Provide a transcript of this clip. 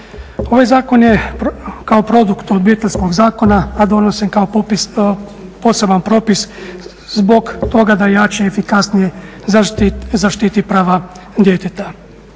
Ovaj zakon je kao produkt Obiteljskog zakona, a donesen kao poseban propis zbog toga da jače i efikasnije zaštiti prava djeteta.